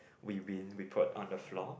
we win we put on the floor